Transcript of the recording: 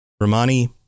Romani